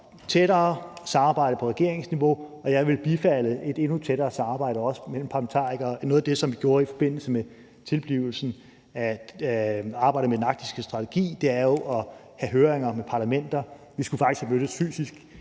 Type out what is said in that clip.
tættere samarbejde på regeringsniveau, og jeg vil bifalde et endnu tættere samarbejde, også mellem parlamentarikere. Noget af det, som vi gjorde i forbindelse med tilblivelsen af arbejdet med den arktiske strategi, var jo at have høringer med parlamenter. Vi skulle faktisk have mødtes fysisk